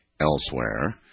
elsewhere